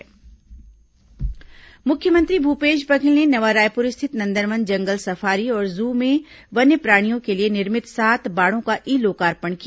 जंगल safari बाड़ा मुख्यमंत्री भूपेश बघेल ने नवा रायपुर स्थित नंदनवन जंगल सफारी और जू में वन्यप्राणियों के लिए निर्मित सात बाड़ों का ई लोकार्पण किया